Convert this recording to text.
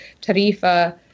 Tarifa